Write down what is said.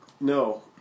no